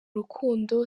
rukundo